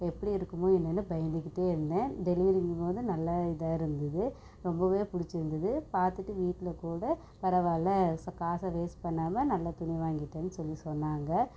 எப்படி இருக்குமோ என்னனு பயந்துக்கிட்டு இருந்தேன் டெலிவரி போது நல்லா இதாக இருந்தது ரொம்ப பிடிச்சிருந்தது பார்த்துட்டு வீட்டில் கூட பரவாயில்லை காசு வேஸ்ட் பண்ணாமல் நல்ல துணியை வாங்கிட்டேன்னு சொல்லி சொன்னாங்க